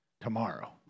tomorrow